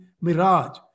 mirage